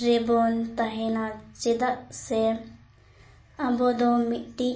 ᱨᱮᱵᱚᱱ ᱛᱟᱦᱮᱱᱟ ᱪᱮᱫᱟᱜ ᱥᱮ ᱟᱵᱚ ᱫᱚ ᱢᱤᱫᱴᱤᱡ